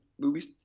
movies